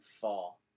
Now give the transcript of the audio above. fall